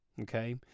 Okay